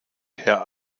herr